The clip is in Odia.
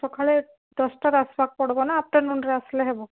ସକାଳେ ଦଶଟାରେ ଆସିବାକୁ ପଡ଼ିବ ନା ଆଫ୍ଟର୍ନୁନ୍ ରେ ଆସିଲେ ହେବ